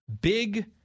big